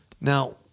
Now